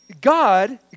God